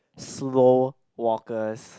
slow walkers